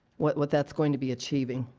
what what that's going to be achieving.